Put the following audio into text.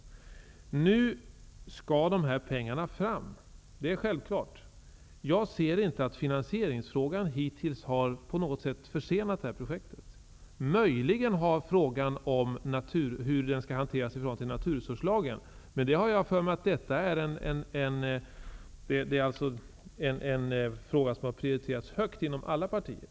Nu skall dessa pengar fram, det är självklart. Jag ser inte att finansieringsfrågan hittills på något sätt har försenat projektet. Möjligen har frågan om hur det skall hanteras i förhållande till naturresurslagen försenat det. Men jag har för mig att detta är en fråga som prioriterats högt inom alla partier.